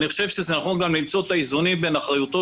גם נכון למצוא את האיזונים בין אחריותו